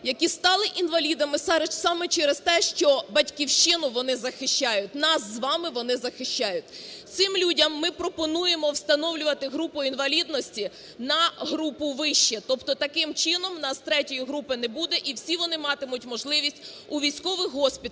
які стали інвалідами саме через те, що Батьківщину вони захищають, нас з вами вони захищають. Цим людям ми пропонуємо встановлювати групу інвалідності на групу вище, тобто, таким чином, у нас ІІІ групи не буде і всі вони матимуть можливість у військових госпіталях